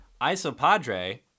Isopadre